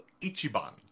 ichiban